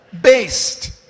based